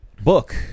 book